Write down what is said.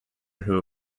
who